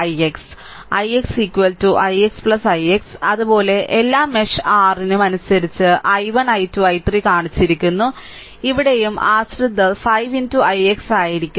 Ix ix ' ix' ' അതുപോലെ എല്ലാ mesh r നും അനുസരിച്ച് i1 i2 i3 കാണിച്ചിരിക്കുന്നു ഇവിടെയും ആശ്രിതർ 5 ix' ആയിരിക്കും